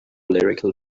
lyrical